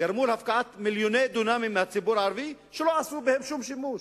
גרמו להפקעת מיליוני דונמים מהציבור הערבי שלא עשו בהם שום שימוש.